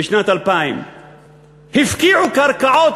בשנת 2000. הפקיעו קרקעות,